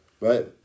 Right